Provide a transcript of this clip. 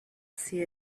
see